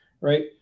right